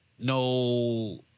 no